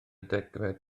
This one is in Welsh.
degfed